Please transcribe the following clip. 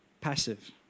passive